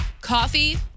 coffee